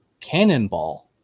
Cannonball